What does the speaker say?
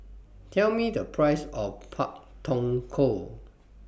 Tell Me The Price of Pak Thong Ko